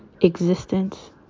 existence